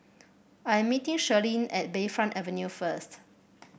I'm meeting Shirlene at Bayfront Avenue first